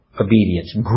obedience